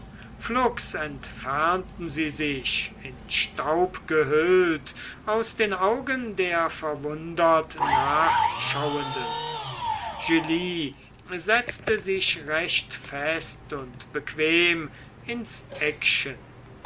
flugs entfernten sie sich in staub gehüllt aus den augen der verwundert nachschauenden julie setzte sich recht fest und bequem ins eckchen